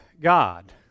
God